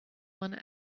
one